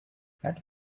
that